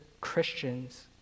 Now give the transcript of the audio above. Christians